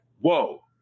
whoa